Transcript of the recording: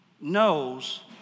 knows